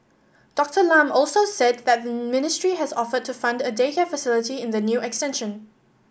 Doctor Lam also said that the ministry has offered to fund a daycare facility in the new extension